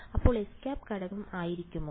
അപ്പോൾ xˆ ഘടകം ആയിരിക്കുമോ